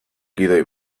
gidoi